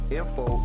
info